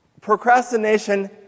procrastination